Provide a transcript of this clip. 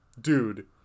dude